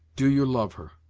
do you love her?